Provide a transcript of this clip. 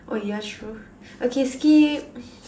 oh yeah true okay skip